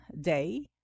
Day